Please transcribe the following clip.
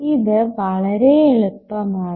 ഇത് വളരെ എളുപ്പമാണ്